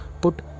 put